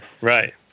right